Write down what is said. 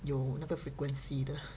有那个 frequency 的